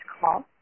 call